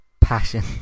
passion